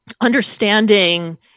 understanding